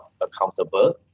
accountable